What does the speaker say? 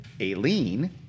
Aileen